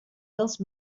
dels